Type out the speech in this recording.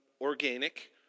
organic